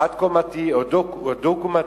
חד-קומתיים או דו-קומתיים,